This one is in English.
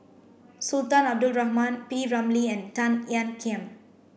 Sultan Abdul Rahman P Ramlee and Tan Ean Kiam